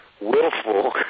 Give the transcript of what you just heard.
willful